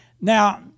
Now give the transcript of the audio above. Now